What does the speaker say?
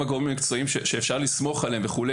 הגורמים המקצועיים שאפשר לסמוך עליהם וכו',